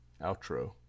outro